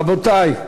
רבותי,